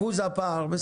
אחוז הפער.